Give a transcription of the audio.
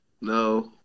no